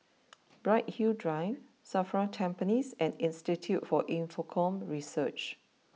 Bright Hill Drive Safra Tampines and Institute for Infocomm Research